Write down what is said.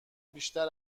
بیشتر